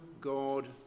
God